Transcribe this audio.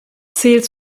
zählt